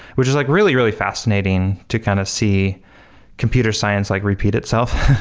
which is like really, really fascinating to kind of see computer science like repeat itself.